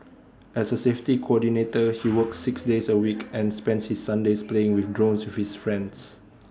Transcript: as A safety coordinator he works six days A week and spends his Sundays playing with drones with his friends